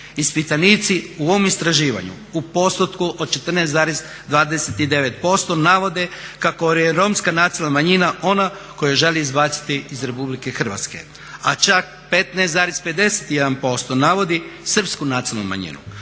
ispitanicu u ovom istraživanju u postotku od 14,29% navode kako je Romska nacionalna manjina ona koju žele izbaciti iz Republike Hrvatske, a čak 15,51% navodi Srpsku nacionalnu manjinu.